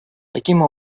таким